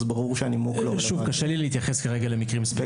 אז ברור שהנימוק לא רלוונטי.